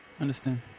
understand